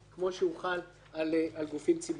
כפי שהוא חל על גופים ציבוריים.